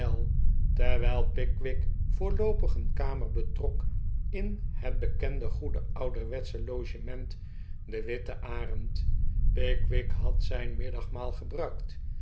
terwijl pickwick voorloopig een kamer betrok in het bekende goede ouderwetsche logement de witte arend pickwick had zijn middagmaal gebruikt